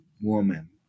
woman